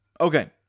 okay